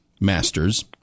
masters